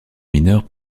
mineure